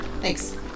Thanks